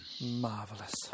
Marvelous